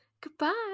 Goodbye